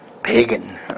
Pagan